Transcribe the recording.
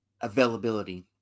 Availability